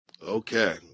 Okay